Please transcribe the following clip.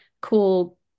cool